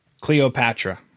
Cleopatra